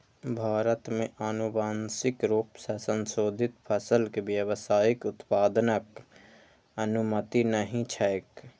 भारत मे आनुवांशिक रूप सं संशोधित फसल के व्यावसायिक उत्पादनक अनुमति नहि छैक